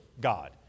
God